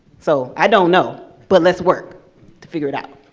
so, i don't know, but let's work to figure it out.